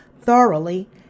thoroughly